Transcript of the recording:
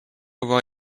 avoir